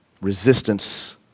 Resistance